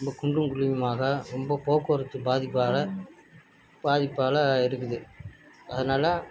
ரொம்ப குண்டும் குழியுமாக ரொம்ப போக்குவரத்து பாதிப்பாக பாதிப்பாக இருக்குது அதனால